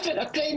ראשית,